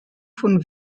von